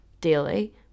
daily